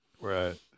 Right